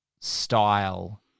style